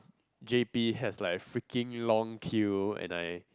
JP has like freaking long queue and I